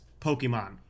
Pokemon